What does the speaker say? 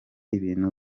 ibintu